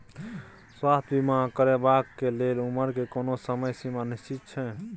स्वास्थ्य बीमा करेवाक के लेल उमर के कोनो समय सीमा निश्चित छै?